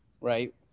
right